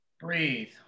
Breathe